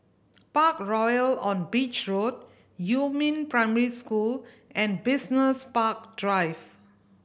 Parkroyal on Beach Road Yumin Primary School and Business Park Drive